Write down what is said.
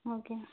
okay